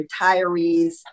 retirees